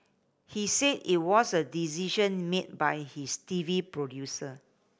he said it was a decision made by his T V producer